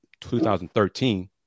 2013